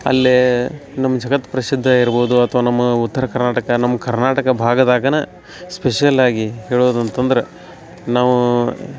ಅಲ್ಲಿ ನಮ್ಮ ಜಗತ್ಪ್ರಸಿದ್ಧ ಇರ್ಬೋದು ಅಥ್ವಾ ನಮ್ಮ ಉತ್ತರ ಕರ್ನಾಟಕ ನಮ್ಮ ಕರ್ನಾಟಕ ಭಾಗದಾಗಿನ ಸ್ಪೆಷಲ್ಲಾಗಿ ಹೇಳೋದಂತಂದ್ರೆ ನಾವು